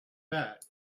that